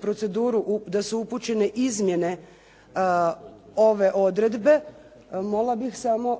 proceduru da su upućene izmjene ove odredbe, molila bih samo